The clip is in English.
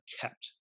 kept